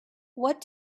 what